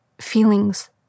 feelings